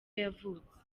yavutse